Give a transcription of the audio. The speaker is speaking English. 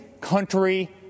country